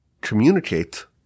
communicate